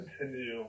continue